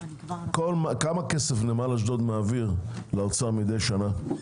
כמה כסף נמל אשדוד מעביר לאוצר מדי שנה?